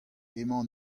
emañ